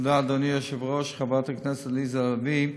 אדוני היושב-ראש, תודה, חברת הכנסת עליזה לביא,